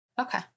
Okay